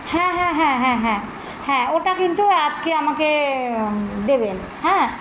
হ্যাঁ হ্যাঁ হ্যাঁ হ্যাঁ হ্যাঁ হ্যাঁ ওটা কিন্তু আজকে আমাকে দেবেন হ্যাঁ